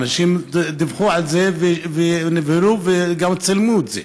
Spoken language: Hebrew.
אנשים דיווחו על זה, נבהלו וגם צילמו את זה.